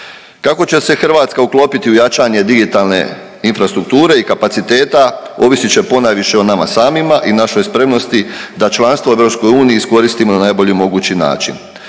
Kako će se Hrvatska uklopiti u jačanje digitalne infrastrukture i kapaciteta ovisit će ponajviše o nama samima i našoj spremnosti da članstvo u EU iskoristimo na najbolji mogući način.